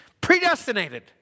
Predestinated